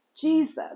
Jesus